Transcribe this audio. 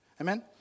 Amen